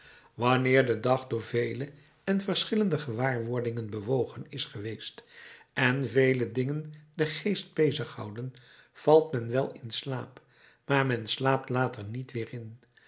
wanneer de dag door vele en verschillende gewaarwordingen bewogen is geweest en vele dingen den geest bezighouden valt men wel in slaap maar men slaapt later niet weer in